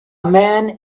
man